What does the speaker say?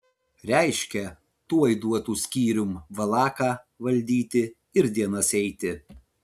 reiškia tuoj duotų skyrium valaką valdyti ir dienas eiti